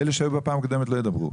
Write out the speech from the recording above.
אלה שהיו בפעם הקודמת לא ידברו.